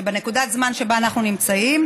שבנקודת הזמן שבה אנחנו נמצאים,